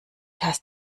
hast